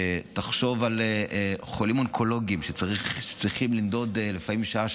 תחשוב על חולים אונקולוגיים שצריכים לנדוד לפעמים שעה,